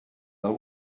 del